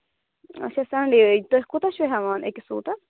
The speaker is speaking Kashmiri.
اچھا سَنڈے تُہۍ کوٗتاہ چھُو ہیٚوان أکِس سوٗٹَس